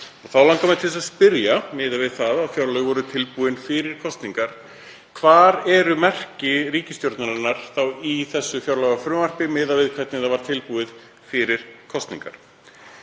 Þá langar mig til þess að spyrja, miðað við það að fjárlög voru tilbúin fyrir kosningar: Hvar eru merki ríkisstjórnarinnar í þessu fjárlagafrumvarpi miðað við hvernig það var tilbúið fyrir kosningar?